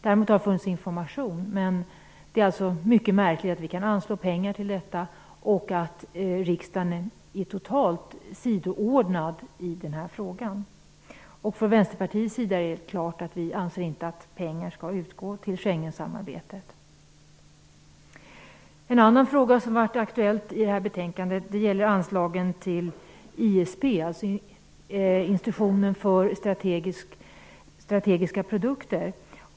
Däremot har det funnits information, men det är ändå mycket märkligt att vi kan anslå pengar till detta och att riksdagen är totalt åsidosatt i den här frågan. I Vänsterpartiet anser vi självfallet inte att pengar skall utgå till En annan fråga som är aktuell i det här betänkandet är anslagen till ISP, dvs. Inspektion för strategiska produkter.